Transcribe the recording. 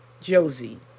Josie